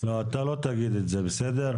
לא, אתה לא תגיד את זה, בסדר?